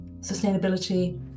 sustainability